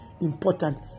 important